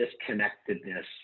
disconnectedness